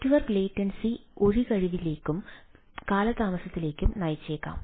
network latency ഒഴികഴിവിലേക്കും കാലതാമസത്തിലേക്കും നയിച്ചേക്കാം